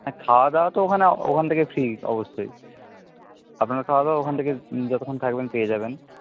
খাওয়া দাওয়া তো ওখানে ওখান থেকে ফ্রি অবশ্যই আপনার খাওয়া দাওয়া ওখান থেকে যতক্ষণ থাকবেন পেয়ে যাবেন